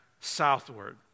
southward